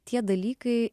tie dalykai